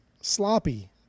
Sloppy